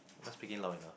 must speak it loud enough